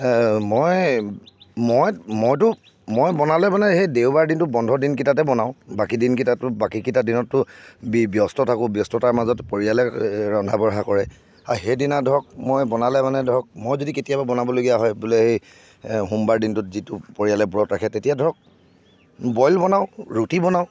মই মই মইতো মই বনালে মানে সেই দেওবাৰ দিনটো বন্ধৰ দিনকেইটাতে বনাওঁ বাকী দিনকেইটাতো বাকী কেইটা দিনততো ব্য ব্যস্ত থাকোঁ ব্যস্ততাৰ মাজত পৰিয়ালে ৰন্ধা বঢ়া কৰে আৰু সেইদিনা ধৰক মই বনালে মানে ধৰক মই যদি কেতিয়াবা বনাবলগীয়া হয় বোলে এই সোমবাৰ দিনটোত যিটো পৰিয়ালে ব্ৰত ৰাখে তেতিয়া ধৰক বইল বনাওঁ ৰুটি বনাওঁ